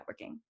networking